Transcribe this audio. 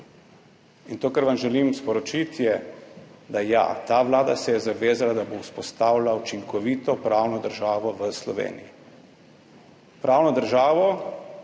In to, kar vam želim sporočiti, je, da ja, ta Vlada se je zavezala, da bo vzpostavila učinkovito pravno državo v Sloveniji. Pravno državo,